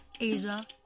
Asia